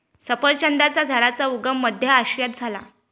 सफरचंदाच्या झाडाचा उगम मध्य आशियात झाला